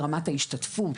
ברמת ההשתתפות,